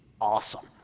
awesome